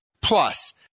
Plus